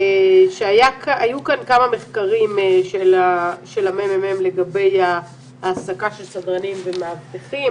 היו כאן כמה מחקרים של הממ"מ לגבי ההעסקה של סדרנים ומאבטחים,